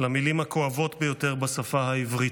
למילים הכואבות ביותר בשפה העברית,